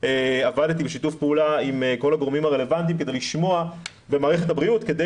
עבדתי בשיתוף פעולה עם כל הגורמים הרלוונטיים במערכת הבריאות כדי